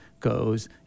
goes